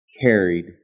carried